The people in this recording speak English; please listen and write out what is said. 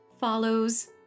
follows